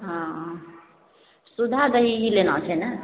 हँ सुधा दही ही लेना छै ने